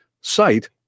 site